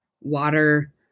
water